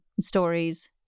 stories